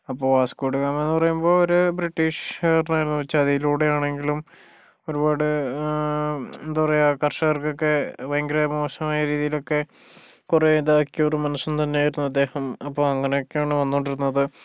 അപ്പോൾ വാസ്കോഡഗാമയെന്നു പറയുമ്പോൾ ഒരു ബ്രിട്ടീഷ് ചതിയിലൂടെയാണെങ്കിലും ഒരുപാട് എന്താ പറയുക കർഷകർക്കൊക്കെ ഭയങ്കര മോശമായ രീതിയിലൊക്കെ കുറേ ഇതാക്കിയൊരു മനുഷ്യൻ തന്നെയായിരുന്നു അദ്ദേഹം അപ്പോൾ അങ്ങനെയൊക്കെയാണ് വന്നുകൊണ്ടിരുന്നത്